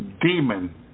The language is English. demon